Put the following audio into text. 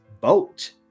boat